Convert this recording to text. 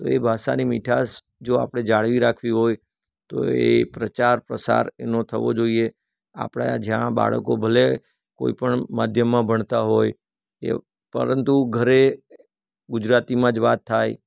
તો એ ભાષાની મીઠાશ જો આપણે જાળવી રાખવી હોય તો એ પ્રચાર પ્રસાર એનો થવો જોઈએ આપણા જ્યાં બાળકો ભલે કોઈપણ માધ્યમમાં ભણતા હોય એ પરંતુ ઘરે ગુજરાતીમાં જ વાત થાય